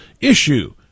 issue